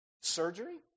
Surgery